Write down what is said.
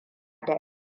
da